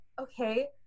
okay